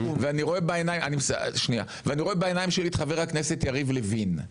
ואני רואה בעיניים שלי את חבר הכנסת יריב לוין,